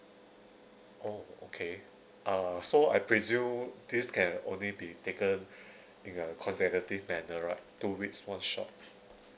oh okay uh so I presume this can only be taken in a consecutive manner right two weeks one shot